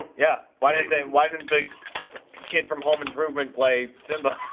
yeah, why did they widen big kid from home improvement play timba?